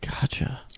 Gotcha